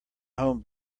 home